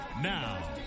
Now